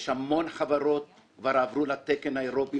יש המון חברות בארץ שכבר עברו לתקן האירופי.